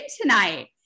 tonight